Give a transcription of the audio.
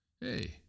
Hey